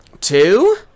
Two